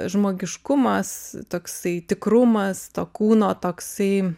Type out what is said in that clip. žmogiškumas toksai tikrumas to kūno toksai